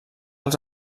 els